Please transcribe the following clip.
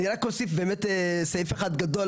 אני רק אוסיף באמת סעיף אחד גדול,